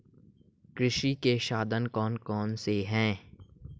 कृषि के साधन कौन कौन से हैं?